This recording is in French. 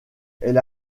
elle